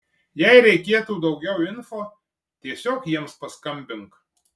jei reikėtų daugiau info tiesiog jiems paskambink